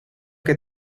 que